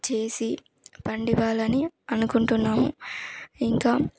చేసి పండివ్వాలని అనుకుంటున్నాము ఇంకా